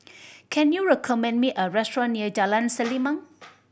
can you recommend me a restaurant near Jalan Selimang